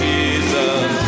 Jesus